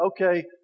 okay